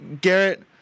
Garrett